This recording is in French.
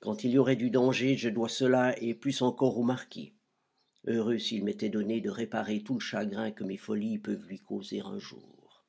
quand il y aurait du danger je dois cela et plus encore au marquis heureux s'il m'était donné de réparer tout le chagrin que mes folies peuvent lui causer un jour